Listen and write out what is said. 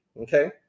Okay